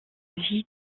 vie